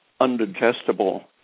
undigestible